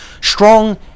Strong